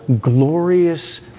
glorious